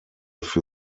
für